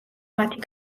მათი